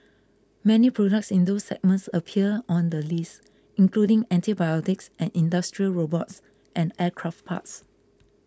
many products in those segments appear on the list including antibiotics and industrial robots and aircraft parts